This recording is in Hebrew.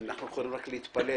אנחנו יכולים רק להתפלל